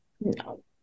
No